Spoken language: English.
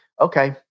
okay